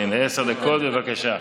עשר דקות, בבקשה.